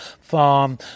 farm